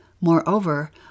Moreover